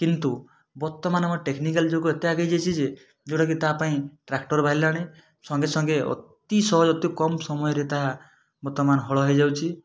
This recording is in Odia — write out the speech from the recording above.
କିନ୍ତୁ ବର୍ତ୍ତମାନ ଆମ ଟେକ୍ନିକାଲ୍ ଯୁଗ ଏତେ ଆଗେଇ ଯାଇଛି ଯେ ଯେଉଁଟା କି ତାପାଇଁ ଟ୍ରାକଟର୍ ବାହାରିଲାଣି ସଙ୍ଗେସଙ୍ଗେ ଅତି ସହଜ ଅତି କମ୍ ସମୟରେ ତାହା ବର୍ତ୍ତମାନ ହଳ ହେଇଯାଉଛି